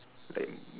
like